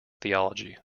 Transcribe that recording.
theology